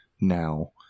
now